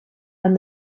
and